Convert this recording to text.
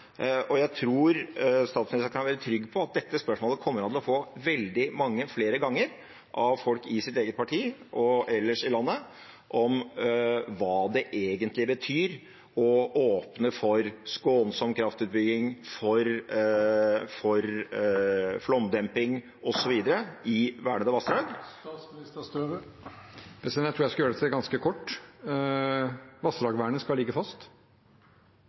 Jeg tror statsministeren kan være trygg på at dette spørsmålet kommer han til å få veldig mange flere ganger av folk i sitt eget parti og ellers i landet: Hva betyr det egentlig å åpne for skånsom kraftutbygging, flomdemping osv. i vernede vassdrag? Jeg tror jeg skal gjøre dette ganske kort: Vassdragsvernet skal ligge fast.